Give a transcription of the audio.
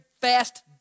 fast